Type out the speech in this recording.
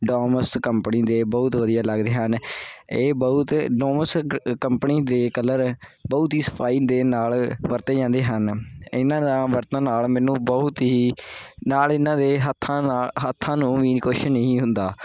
Doms company ਦੇ ਬਹੁਤ ਵਧੀਆ ਲੱਗਦੇ ਹਨ ਇਹ ਬਹੁਤ ਡੋਮਸ ਕੰ ਕੰਪਨੀ ਦੇ ਕਲਰ ਬਹੁਤ ਹੀ ਸਫਾਈ ਦੇਣ ਨਾਲ ਵਰਤੇ ਜਾਂਦੇ ਹਨ ਇਹਨਾਂ ਦਾ ਵਰਤਣ ਨਾਲ ਮੈਨੂੰ ਬਹੁਤ ਹੀ ਨਾਲ ਇਹਨਾਂ ਦੇ ਹੱਥਾਂ ਨਾਲ ਹੱਥਾਂ ਨੂੰ ਵੀ ਕੁਛ ਨਹੀਂ ਹੁੰਦਾ